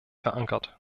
verankert